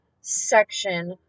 section